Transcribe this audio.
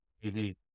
Indeed